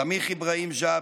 סמיח אבראהים ג'אבר,